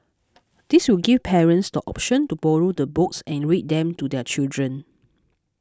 this will give parents the option to borrow the books and read them to their children